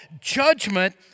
judgment